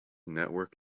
network